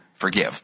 forgive